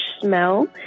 smell